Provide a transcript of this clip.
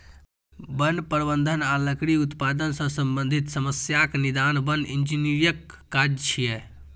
वन प्रबंधन आ लकड़ी उत्पादन सं संबंधित समस्याक निदान वन इंजीनियरक काज छियै